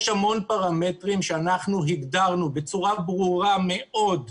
יש המון פרמטרים שהגדרנו בצורה ברורה מאוד,